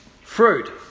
fruit